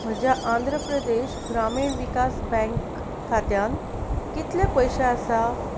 म्हज्या आंध्र प्रदेश ग्रामीण विकास बँक खात्यांत कितले पयशे आसात